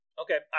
Okay